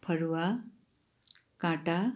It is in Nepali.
फरुवा काँटा